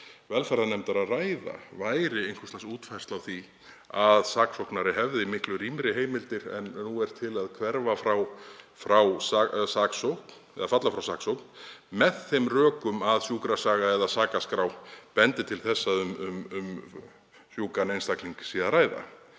velferðarnefndar að ræða, væri einhvers lags útfærsla á því að saksóknari hefði miklu rýmri heimildir en nú er til að falla frá saksókn með þeim rökum að sjúkrasaga eða sakaskrá bendi til þess að um sjúkan einstakling sé að ræða